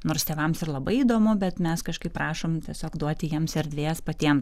nors tėvams ir labai įdomu bet mes kažkaip prašom tiesiog duoti jiems erdvės patiem